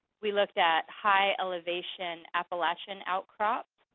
we looked at high elevation appalachian outcrop.